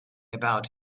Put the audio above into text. about